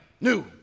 New